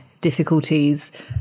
difficulties